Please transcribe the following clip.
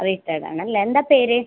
retired ആണല്ലേ എന്താണ് പേര്